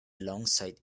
alongside